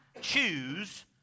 choose